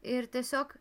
ir tiesiog